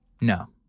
no